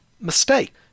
Mistake